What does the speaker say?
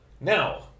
Now